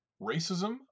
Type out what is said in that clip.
Racism